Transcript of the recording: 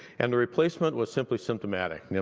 and the replacement was simply symptomatic. yeah